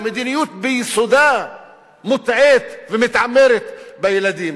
המדיניות ביסודה מוטעית ומתעמרת בילדים.